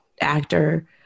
actor